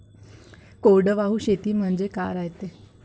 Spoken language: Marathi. कोरडवाहू शेती म्हनजे का रायते?